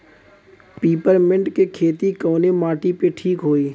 Peppermint के खेती कवने माटी पे ठीक होई?